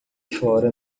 fora